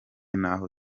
n’aho